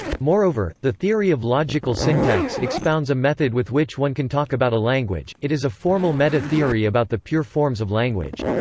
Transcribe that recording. moreover, the theory of logical syntax expounds a method with which one can talk about a language it is a formal meta-theory about the pure forms of language.